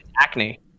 acne